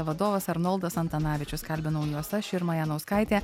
vadovas arnoldas antanavičius kalbinau juos aš irma janauskaitė